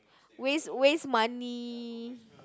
waste waste money